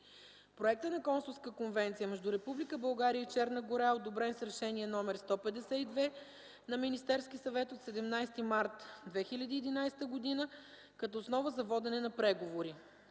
Проектът на Консулска конвенция между Република България и Черна гора е одобрен с Решение № 152 на Министерския съвет от 17 март 2011 г. като основа за водене на преговори.